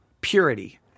purity